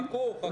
חכו, חכו.